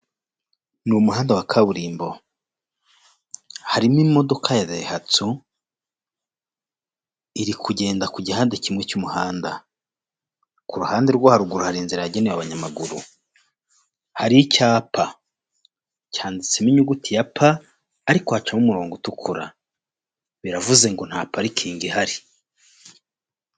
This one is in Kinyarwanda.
Ni umuhanda wa kaburimbo harimo imodoka dayihatsu iri kugenda ku gihandade kimwe cy'umuhanda ku ruhande rwo haruguru hari inzira yagenewe abanyamaguru hari icyapa cyanditsemo inyuguti ya pa ariko hacamo umurongo utukura biravuze ngo nta parikingi ihari.